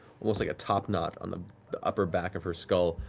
what looks like a topknot, on the the upper back of her skull.